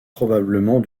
probablement